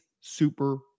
Super